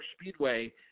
Speedway